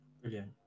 Brilliant